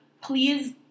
please